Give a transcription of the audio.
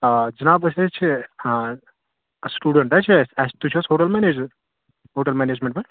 آ جِناب أسۍ حظ چھِ اۭں سُٹوٗڈَنٛٹ ہہ چھِ أسۍ تُہۍ چھُو ہوٹَل مَنیجمیٚنٹ ہوٹَل مَنیجمیٚنٹ پٮ۪ٹھ